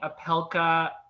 Apelka